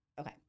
Okay